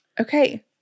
Okay